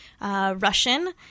Russian